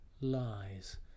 lies